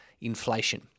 inflation